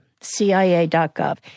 CIA.gov